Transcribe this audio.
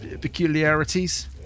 peculiarities